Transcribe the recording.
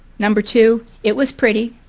number two, it was pretty.